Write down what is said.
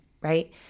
right